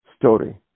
story